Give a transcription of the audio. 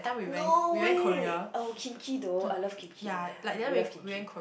no way oh Kimchi though I love Kimchi eh I really love Kimchi